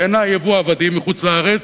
בעיני ייבוא עבדים מחוץ-לארץ,